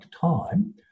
time